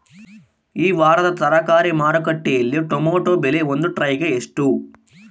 ಈ ವಾರದ ತರಕಾರಿ ಮಾರುಕಟ್ಟೆಯಲ್ಲಿ ಟೊಮೆಟೊ ಬೆಲೆ ಒಂದು ಟ್ರೈ ಗೆ ಎಷ್ಟು?